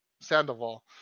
Sandoval